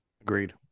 Agreed